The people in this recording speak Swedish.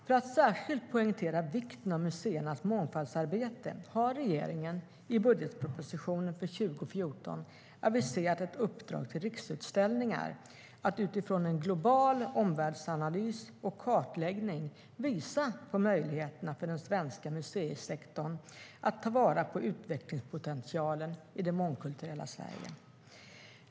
För att särskilt poängtera vikten av museernas mångfaldsarbete har regeringen i budgetpropositionen för 2014 aviserat ett uppdrag till Riksutställningar att utifrån en global omvärldsanalys och kartläggning visa på möjligheterna för den svenska museisektorn att ta vara på utvecklingspotentialen i det mångkulturella Sverige.